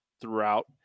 throughout